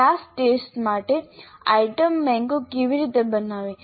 class test માટે item બેન્કો કેવી રીતે બનાવવી